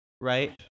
right